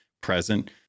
present